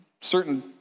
certain